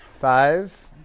Five